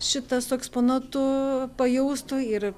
šitą su eksponatu pajaustų ir